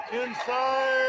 inside